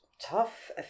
tough